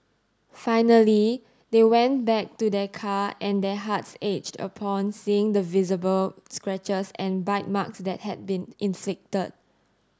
finally they went back to their car and their hearts aged upon seeing the visible scratches and bite marks that had been inflicted